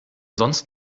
sonst